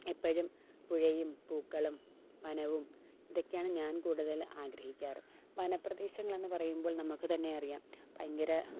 എപ്പോഴും പുഴയും പൂക്കളും വനവും ഇതൊക്കെയാണ് ഞാൻ കൂടുതൽ ആഗ്രഹിക്കാറ് വനപ്രദേശങ്ങളെന്ന് പറയുമ്പോൾ നമുക്ക് തന്നെ അറിയാം ഭയങ്കര